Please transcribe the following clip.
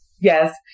Yes